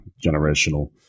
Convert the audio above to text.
generational